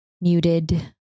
muted